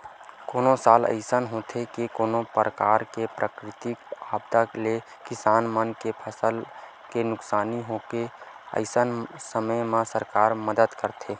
कोनो साल अइसन होथे के कोनो परकार ले प्राकृतिक आपदा ले किसान मन के फसल के नुकसानी होगे अइसन समे म सरकार मदद करथे